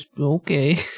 Okay